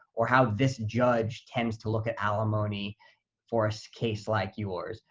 or how this judge tends to look at alimony for a so case like yours,